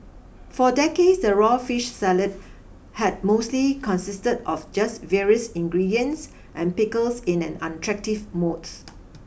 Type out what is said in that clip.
for decades the raw fish salad had mostly consisted of just various ingredients and pickles in an unattractive modes